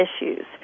issues